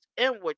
inward